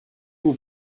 vous